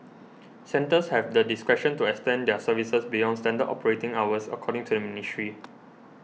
centres have the discretion to extend their services beyond standard operating hours according to the ministry